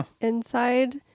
inside